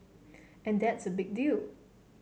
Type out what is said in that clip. and that's a big deal